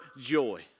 joy